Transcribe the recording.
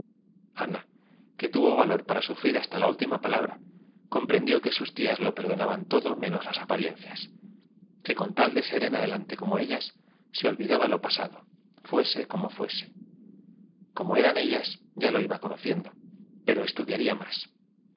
ana que tuvo valor para sufrir hasta la última palabra comprendió que sus tías lo perdonaban todo menos las apariencias que con tal de ser en adelante como ellas se olvidaba lo pasado fuese como fuese cómo eran ellas ya lo iba conociendo pero estudiaría más